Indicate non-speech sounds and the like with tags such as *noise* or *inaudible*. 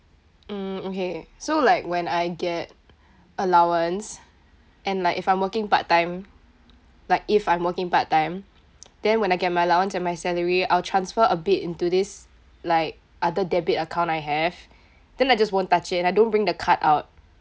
mm okay so like when I get allowance and like if I'm working part time *noise* like if I'm working part time *noise* then when I get my allowance and my salary I'll transfer a bit into this like other debit account I have then I just won't touch it I don't bring the card out